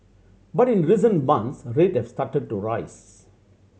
but in recent months rate have started to rise